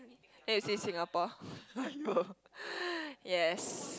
then you see Singapore yes